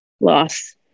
loss